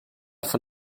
von